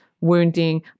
wounding